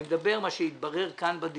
אני מדבר על מה שהתברר כאן בדיון,